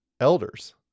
elders